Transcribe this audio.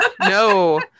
no